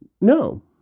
No